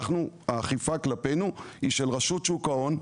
האכיפה שלנו היא של רשות שוק ההון,